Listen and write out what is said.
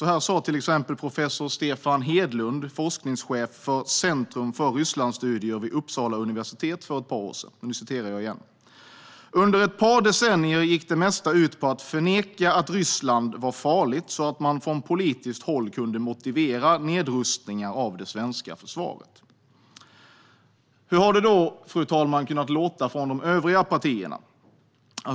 Så här sa till exempel professor Stefan Hedlund, forskningschef för Centrum för Rysslandsstudier vid Uppsala universitet, för ett par år sedan: "Under ett par decennier gick det mesta ut på att förneka att Ryssland var farligt så att man från politiskt håll kunde motivera nedrustningar av det svenska försvaret." Fru talman! Hur har det då kunnat låta från de övriga partierna?